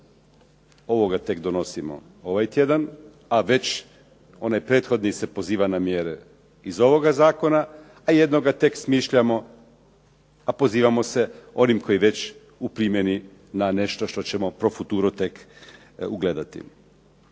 Ovoga tek donosimo ovaj tjedan, a već onaj prethodni se poziva na mjere iz ovoga zakona, a jednoga tek smišljamo, a pozivamo se onim kojim već u primjeni na nešto što ćemo pro futuro tek ugledati.